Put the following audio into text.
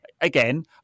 Again